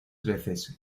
veces